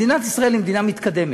מדינת ישראל היא מדינה מתקדמת,